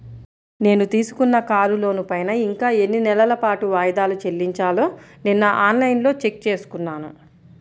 నేను తీసుకున్న కారు లోనుపైన ఇంకా ఎన్ని నెలల పాటు వాయిదాలు చెల్లించాలో నిన్నఆన్ లైన్లో చెక్ చేసుకున్నాను